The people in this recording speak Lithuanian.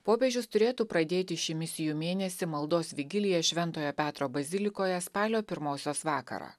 popiežius turėtų pradėti šį misijų mėnesį maldos vigilija šventojo petro bazilikoje spalio pirmosios vakarą